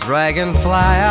Dragonfly